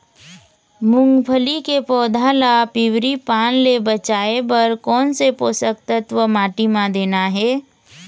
मुंगफली के पौधा ला पिवरी पान ले बचाए बर कोन से पोषक तत्व माटी म देना हे?